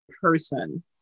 person